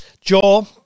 Joel